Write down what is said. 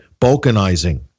balkanizing